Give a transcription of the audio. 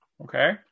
Okay